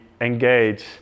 engage